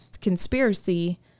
conspiracy